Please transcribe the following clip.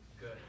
good